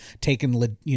taken